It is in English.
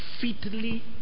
fitly